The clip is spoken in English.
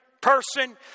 Person